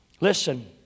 Listen